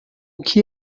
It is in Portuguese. que